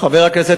חבר הכנסת